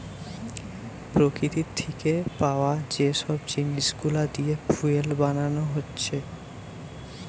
প্রকৃতি থিকে পায়া যে সব জিনিস গুলা দিয়ে ফুয়েল বানানা হচ্ছে